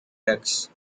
ducks